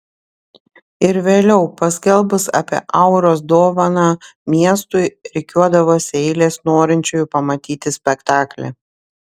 ir vėliau paskelbus apie auros dovaną miestui rikiuodavosi eilės norinčiųjų pamatyti spektaklį